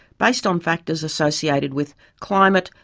based on factors associated with climate,